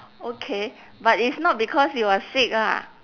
okay but it's not because you are sick lah